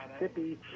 Mississippi